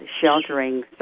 sheltering